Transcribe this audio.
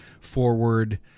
forward